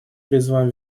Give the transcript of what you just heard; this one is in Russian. призываем